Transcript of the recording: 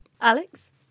Alex